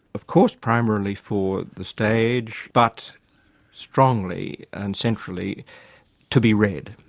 of course primarily for the stage, but strongly and centrally to be read.